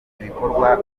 ibikorwa